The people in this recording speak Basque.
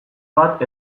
bat